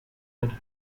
and